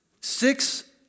Six